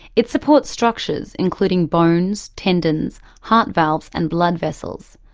it supports structures including bones, tendons, heart valves and blood vessels.